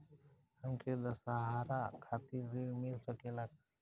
हमके दशहारा खातिर ऋण मिल सकेला का?